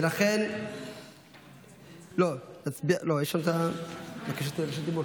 ולכן, לא, יש בקשות רשות דיבור.